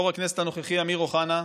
יו"ר הכנסת הנוכחי אמיר אוחנה.